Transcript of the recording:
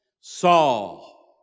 Saul